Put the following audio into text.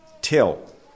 Till